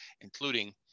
including